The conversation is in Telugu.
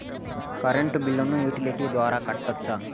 కరెంటు బిల్లును యుటిలిటీ ద్వారా కట్టొచ్చా?